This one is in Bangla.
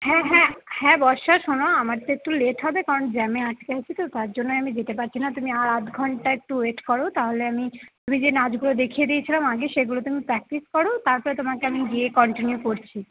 হ্যাঁ হ্যাঁ হ্যাঁ বর্ষা শোনো আমার তো একটু লেট হবে কারণ জ্যামে আটকে আছি তো তার জন্যই আমি যেতে পারছি না তুমি আর আধ ঘন্টা একটু ওয়েট করো তাহলে আমি তুমি যে নাচগুলো দেখিয়ে দিয়েছিলাম আগে সেইগুলো তুমি প্র্যাক্টিস করো তারপরে তোমাকে আমি গিয়ে কন্টিনিউ করছি